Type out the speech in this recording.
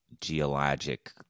geologic